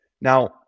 Now